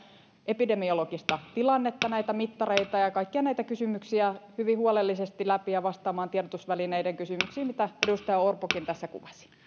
epidemiologista tilannetta näitä mittareita ja kaikkia näitä kysymyksiä hyvin huolellisesti läpi ja vastaamaan tiedotusvälineiden kysymyksiin mitä edustaja orpokin tässä kuvasi